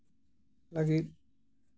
ᱞᱟᱹᱜᱤᱫ